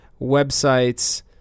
websites